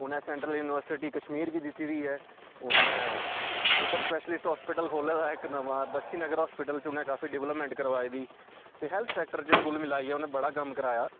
उ'नें central university Kashmir गी दित्ती दी ऐ उ'नें सुपर स्पैशलिस्ट हास्पिटल खोह्ले दा इक नमां बक्शीनगर हास्पिटल च उ'नें काफी डिवलपमेंट करवाई दी ते हेल्थ सैक्टर च कुल मिलाइयै उ'नें बड़ा कम्म कराया